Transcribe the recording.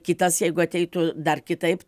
kitas jeigu ateitų dar kitaip